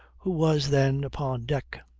who was then upon deck,